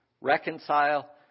reconcile